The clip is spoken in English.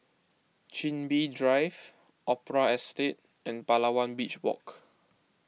Chin Bee Drive Opera Estate and Palawan Beach Walk